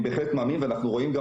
אני בהחלט מאמין ואנחנו רואים גם